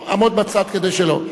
עמוד בצד כדי שלא,